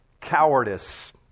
cowardice